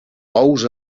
ous